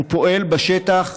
הוא פועל בשטח,